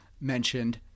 mentioned